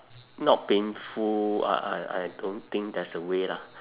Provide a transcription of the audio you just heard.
not painful uh I I don't think there's a way lah